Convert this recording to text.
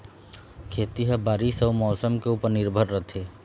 खेती ह बारीस अऊ मौसम के ऊपर निर्भर रथे